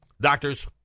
Doctors